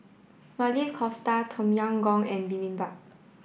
Maili Kofta Tom Yam Goong and Bibimbap